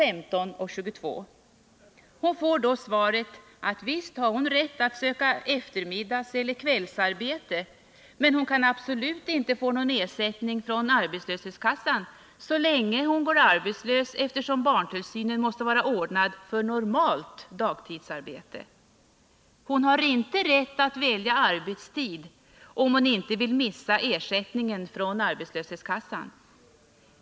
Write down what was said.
15.00 och 22.00. Hon får då svaret att visst har hon rätt att söka eftermiddagseller kvällsarbete, men hon kan absolut inte få någon ersättning från arbetslöshetskassan så länge hon går arbetslös, eftersom barntillsynen måste vara ordnad för normalt dagtidsarbete. Hon har inte rätt att välja arbetstid, om hon inte vill mista ersättningen från arbetslöshetskassan.